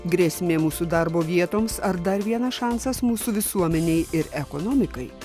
grėsmė mūsų darbo vietoms ar dar vienas šansas mūsų visuomenei ir ekonomikai